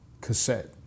cassette